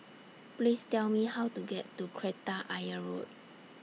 Please Tell Me How to get to Kreta Ayer Road